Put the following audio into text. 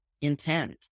intent